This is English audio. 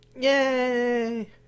Yay